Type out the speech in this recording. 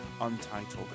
untitled